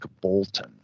Bolton